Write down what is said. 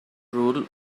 rule